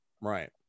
right